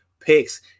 picks